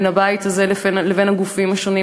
בין הבית הזה לבין הגופים השונים.